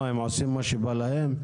הם עושים מה שבא להם?